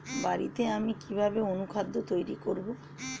বাড়িতে আমি কিভাবে অনুখাদ্য তৈরি করব?